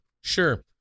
Sure